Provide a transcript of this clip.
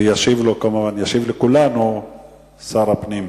ישיב שר הפנים.